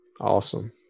Awesome